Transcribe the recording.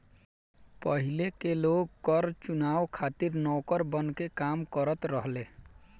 पाहिले के लोग कर चुकावे खातिर नौकर बनके काम करत रहले